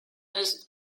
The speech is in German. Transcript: ist